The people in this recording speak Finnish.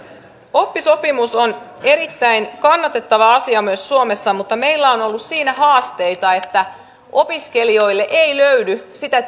oppisopimus on erittäin kannatettava asia myös suomessa mutta meillä on on ollut siinä haasteita että opiskelijoille ei löydy sitä